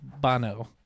Bono